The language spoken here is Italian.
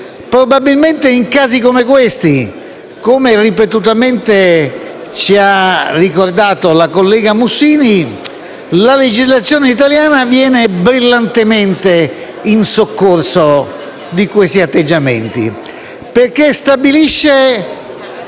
Probabilmente, in casi simili - come ripetutamente ci ha ricordato la collega Mussini - la legislazione italiana viene brillantemente in soccorso di atteggiamenti del genere, perché stabilisce